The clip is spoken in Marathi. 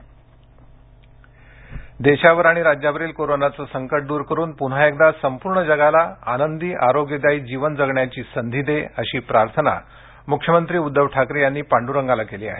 उठा देशावर आणि राज्यावरील कोरोनाचे संकट दुर करुन पुन्हा एकदा संपूर्ण जगाला आनंदी आरोग्यदायी जीवन जगण्याची संधी दे अशी प्रार्थना मुख्यमंत्री उध्वव ठाकरे यांनी पांडुरंगाला केली आहे